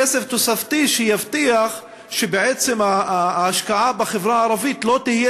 כסף תוספתי שיבטיח שבעצם ההשקעה בחברה הערבית לא תהיה